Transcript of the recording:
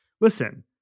listen